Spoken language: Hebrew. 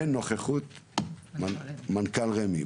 בנוכחות מנכ"ל רמ"י.